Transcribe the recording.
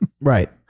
Right